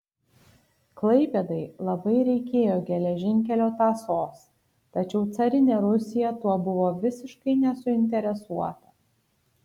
klaipėdai labai reikėjo geležinkelio tąsos tačiau carinė rusija tuo buvo visiškai nesuinteresuota